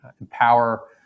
Empower